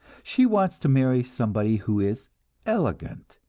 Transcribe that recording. she wants to marry somebody who is elegant,